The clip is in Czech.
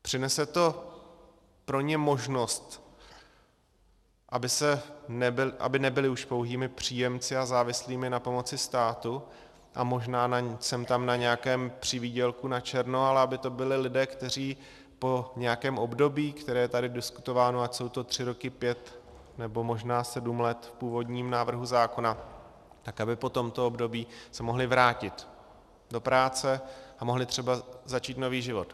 Přinese to pro ně možnost, aby nebyli už pouhými příjemci a závislými na pomoci státu a možná sem tam na nějakém přivýdělku načerno, ale aby to byli lidé, kteří po nějakém období, které je tady diskutováno, ať jsou to tři roky, pět nebo možná sedm let v původním návrhu zákona, tak aby se po tomto období mohli vrátit do práce a mohli třeba začít nový život.